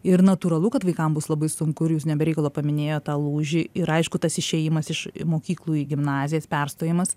ir natūralu kad vaikam bus labai sunku ir jūs ne be reikalo paminėjot tą lūžį ir aišku tas išėjimas iš mokyklų į gimnazijas perstojimas